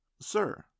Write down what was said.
Sir